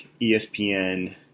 espn